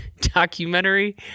documentary